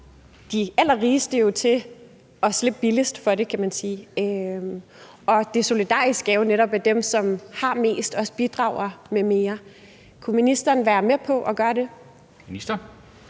jo til, rent proportionelt, at slippe billigst, kan man sige, og det solidariske er netop, at dem, som har mest, også bidrager med mere. Kunne ministeren være med på at gøre det? Kl.